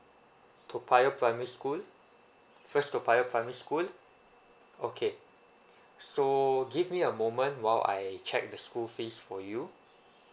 toa payoh primary school first toa payoh primary school okay so give me a moment while I check the school fees for you